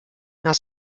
nach